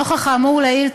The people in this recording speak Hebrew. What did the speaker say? נוכח האמור לעיל,